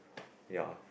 ya